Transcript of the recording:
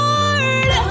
Lord